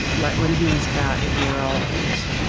like when he was about a year old,